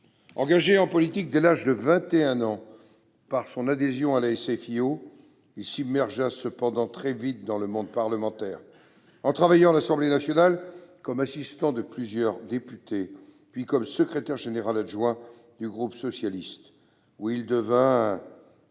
Engagé en politique dès l'âge de 21 ans, par son adhésion à la SFIO, il s'immergea très vite dans le monde parlementaire en travaillant à l'Assemblée nationale comme assistant de plusieurs députés, puis comme secrétaire général adjoint du groupe socialiste, où il devint